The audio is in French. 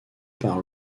par